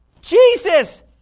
Jesus